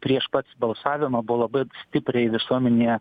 prieš pats balsavimą buvo labai stipriai visuomenėje